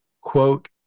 quote